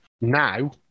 now